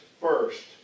first